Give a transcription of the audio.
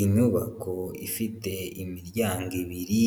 Inyubako ifite imiryango ibiri